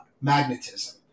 magnetism